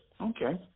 Okay